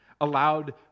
allowed